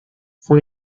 fue